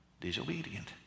Disobedient